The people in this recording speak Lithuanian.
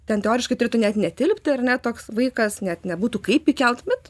ten teoriškai turėtų net netilpti ar ne toks vaikas net nebūtų kaip įkelt bet